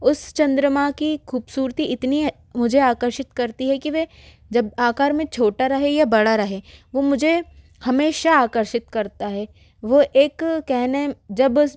उस चंद्रमा की खूबसूरती इतनी मुझे आकर्षित करती है की वे जब आकार मे छोटा रहे या बड़ा रहे वो मुझे हमेशा आकर्षित करता है वो एक कहने जब